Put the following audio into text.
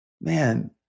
Man